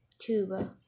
tuba